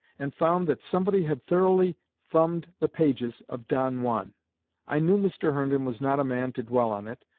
and found that somebody had thoroughly thumbed the pages of don juan i knew mr. herndon was not a man to dwell on it,